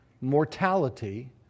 mortality